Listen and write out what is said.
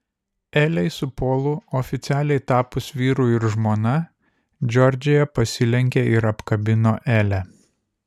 elei su polu oficialiai tapus vyru ir žmona džordžija pasilenkė ir apkabino elę